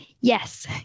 Yes